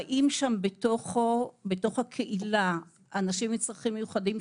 חיים שם בתוך הקהילה 80 איש עם צרכים מיוחדים.